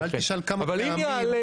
אל תשאל כמה פעמים.